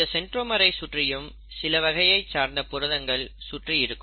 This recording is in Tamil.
இந்த சென்ட்ரோமரை சுற்றியும் சில வகையைச் சார்ந்த புரதங்கள் சுற்றி இருக்கும்